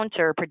counterproductive